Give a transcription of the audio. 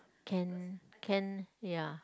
can can ya